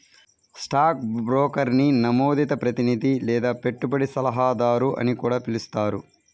stock బ్రోకర్ని నమోదిత ప్రతినిధి లేదా పెట్టుబడి సలహాదారు అని కూడా పిలుస్తారు